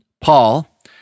Paul